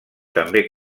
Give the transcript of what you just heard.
també